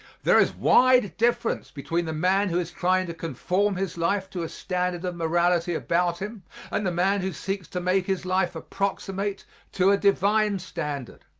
there is wide difference between the man who is trying to conform his life to a standard of morality about him and the man who seeks to make his life approximate to a divine standard.